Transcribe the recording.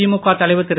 திமுக தலைவர் திரு